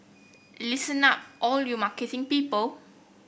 listen up all you marketing people